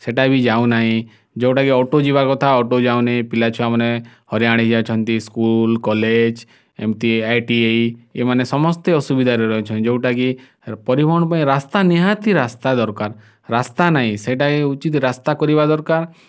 ସେଇଟା ବି ଯାଉନାହିଁ ଯେଉଁଟା କି ଅଟୋ ଯିବା କଥା ଅଟୋ ଯାଉନି ଏ ପିଲା ଛୁଆମାନେ ହଇରାଣ ହେଇଯାଉଛନ୍ତି ସ୍କୁଲ କଲେଜ ଏମିତି ଆଇ ଟି ଆଇ ଏମାନେ ସମସ୍ତେ ଅସୁବିଧାରେ ରହିଛନ୍ତି ଯେଉଁଟା କି ପରିବହନ ପାଇଁ ରାସ୍ତା ନିହାତି ରାସ୍ତା ଦରକାର ରାସ୍ତା ନାହିଁ ସେଇଟା ହିଁ ହେଉଛି ରାସ୍ତା କରିବା ଦରକାର